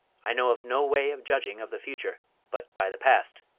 i know of no way of judging of the future but by the past.